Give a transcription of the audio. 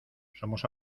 somos